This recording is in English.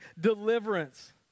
deliverance